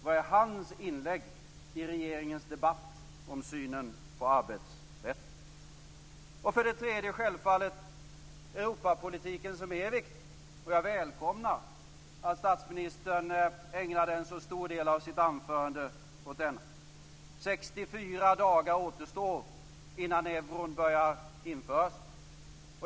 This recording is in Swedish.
Vad är hans inlägg i regeringens debatt om synen på arbetsrätten? Europapolitiken är självfallet viktig. Jag välkomnar att statsministern ägnade en så stor del av sitt anförande åt denna. 64 dagar återstår innan euron börjar införas.